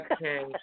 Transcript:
Okay